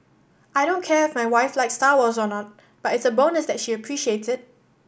I don't care if my wife likes Star Wars or not but it's a bonus that she appreciates it